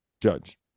judge